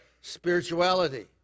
spirituality